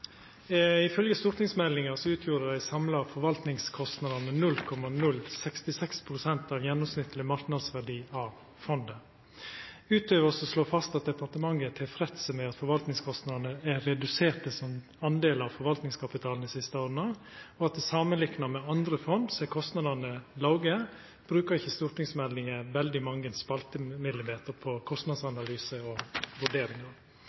utgjorde dei samla forvaltningskostnadene 0,066 pst. av gjennomsnittleg marknadsverdi av fondet. Utover å slå fast at departementet er tilfreds med at forvaltningskostnadene er reduserte som del av forvaltningskapitalen dei siste åra, og at samanlikna med andre fond er kostnadene låge, brukar ikkje stortingsmeldinga veldig mange spaltemillimeter på kostnadsanalyse og vurderingar.